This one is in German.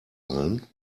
allen